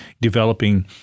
developing